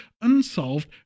Unsolved